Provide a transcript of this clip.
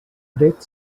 fred